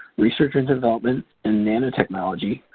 research and development and nanotechnology,